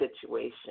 situation